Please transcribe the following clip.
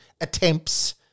attempts